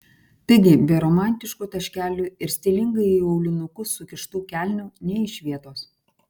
taigi be romantiškų taškelių ir stilingai į aulinukus sukištų kelnių nė iš vietos